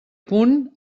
punt